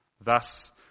Thus